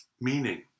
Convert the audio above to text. meaning